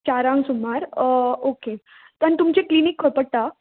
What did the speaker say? चारांक सुमार ओके तन तुमचें क्लिनीक खंय पडटा